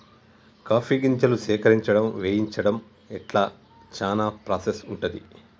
coffee గింజలు సేకరించడం వేయించడం ఇట్లా చానా ప్రాసెస్ ఉంటది